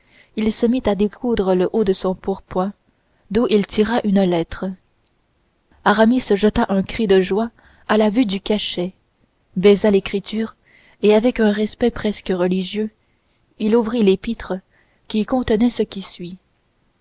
il se mit à découdre le haut de son pourpoint d'où il tira une lettre aramis jeta un cri de joie à la vue du cachet baisa l'écriture et avec un respect presque religieux il ouvrit l'épître qui contenait ce qui suit